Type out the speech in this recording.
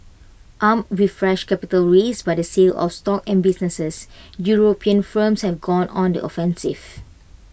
armed with fresh capital raised by the sale of stock and businesses european firms have gone on the offensive